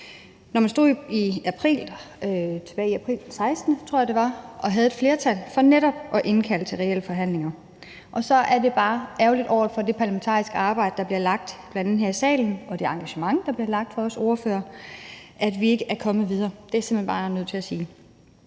når man tilbage i april 2016, tror jeg det var, stod og havde et flertal for netop at indkalde til reelle forhandlinger. Så er det bare ærgerligt i forhold til det parlamentariske arbejde, der bliver lagt bl.a. her i salen, og det engagement, der bliver lagt for dagen af også os ordførere, at vi ikke er kommet videre. Det er jeg bare nødt til at sige.